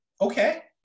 okay